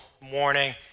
morning